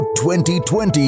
2020